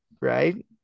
right